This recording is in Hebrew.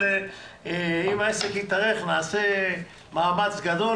אבל אם העסק יתארך נעשה מאמץ גדול